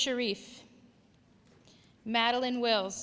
sharif madeline will